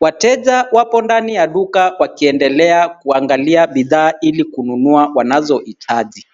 Wateja wapo ndani ya duka wakiendelea kuangalia bidhaa, ili kununua wanazohitaji.